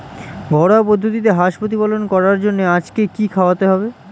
ঘরোয়া পদ্ধতিতে হাঁস প্রতিপালন করার জন্য আজকে কি খাওয়াতে হবে?